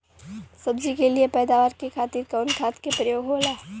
सब्जी के लिए पैदावार के खातिर कवन खाद के प्रयोग होला?